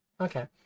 Okay